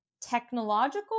technological